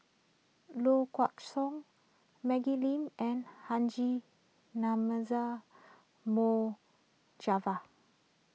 Low Kway Song Maggie Lim and Haji Namazie Mohd Javad